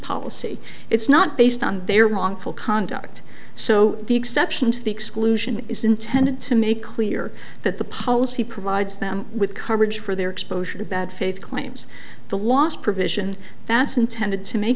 policy it's not based on their wrongful conduct so the exception to the exclusion is intended to make clear that the policy provides them with coverage for their exposure to bad faith claims the long provision that's intended to m